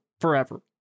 forever